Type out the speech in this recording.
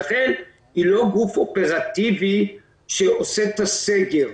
רח"ל היא לא גוף אופרטיבי שעושה את הסגר.